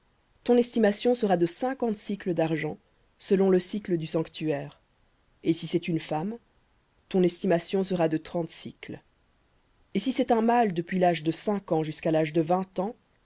ton estimation sera de cinquante sicles d'argent selon le sicle du sanctuaire et si c'est une femme ton estimation sera de trente sicles et si c'est un mâle depuis l'âge de cinq ans jusqu'à l'âge de vingt ans